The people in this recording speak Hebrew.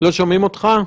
לא שומעים אותך.